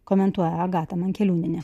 komentuoja agata mankeliūnienė